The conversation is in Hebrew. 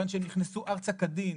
כיוון שהם נכנסו לארץ כדין